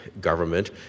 government